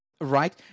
right